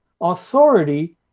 authority